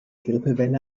grippewelle